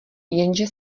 jenže